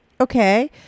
Okay